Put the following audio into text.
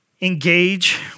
engage